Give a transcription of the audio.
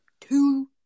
two